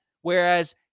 Whereas